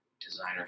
designer